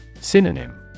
Synonym